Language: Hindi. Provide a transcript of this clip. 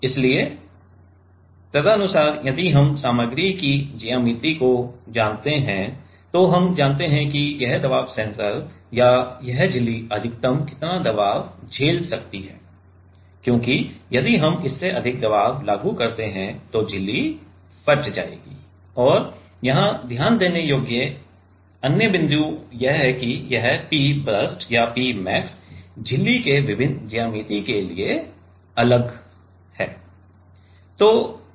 इसलिए तदनुसार यदि हम सामग्री की ज्यामिति को जानते हैं तो हम जानते हैं कि यह दबाव सेंसर या यह झिल्ली अधिकतम कितना दबाव झेल सकता है क्योंकि यदि हम इससे अधिक दबाव लागू करते हैं तो झिल्ली फट जाएगी और यहां ध्यान देने योग्य अन्य बिंदु यह है कि यह P बर्स्ट या P मैक्स झिल्ली के विभिन्न ज्यामिति के लिए अलग है